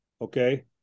okay